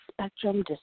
Spectrum